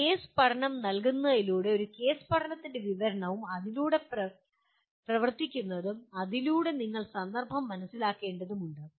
ഒരു കേസ് പഠനം നൽകുന്നതിലൂടെ ഒരു കേസ് പഠനത്തിന്റെ വിവരണവും അതിലൂടെ പ്രവർത്തിക്കുന്നതും അതിലൂടെ നിങ്ങൾ സന്ദർഭം മനസ്സിലാക്കേണ്ടതുണ്ട്